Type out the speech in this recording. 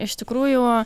iš tikrųjų